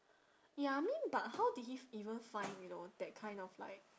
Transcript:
ya I mean but how did he even find you know that kind of like